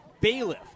Bailiff